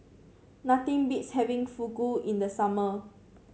nothing beats having Fugu in the summer